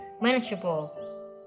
manageable